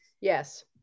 Yes